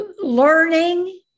learning